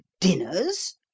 dinners